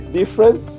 different